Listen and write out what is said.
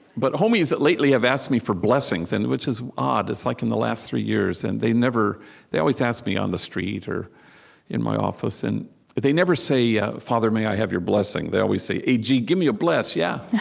but homies lately have asked me for blessings, and which is odd. it's like in the last three years. and they never they always ask me on the street or in my office, and they never say, yeah father, may i have your blessing? they always say, hey, g, give me a bless, yeah?